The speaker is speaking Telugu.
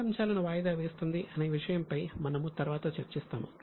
ఏ అంశాలను వాయిదా వేస్తుంది అనే విషయం పై మనము తరువాత చర్చిస్తాము